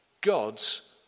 God's